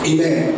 Amen